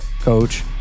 Coach